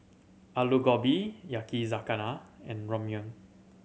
Alu Gobi Yakizakana and Ramyeon